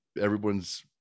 everyone's